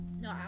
no